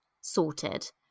sorted